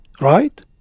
right